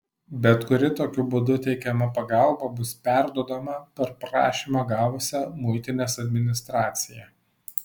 bet kuri tokiu būdu teikiama pagalba bus perduodama per prašymą gavusią muitinės administraciją